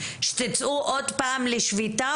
שתצאו עוד פעם לשביתה?